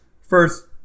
first